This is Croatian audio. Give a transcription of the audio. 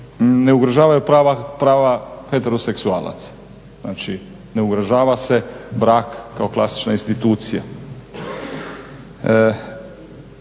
ne ugrožavaju prava heteroseksualaca, znači ne ugrožava se brak kao klasična institucija.